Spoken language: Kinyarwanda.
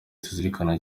tuzirikana